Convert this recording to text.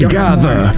gather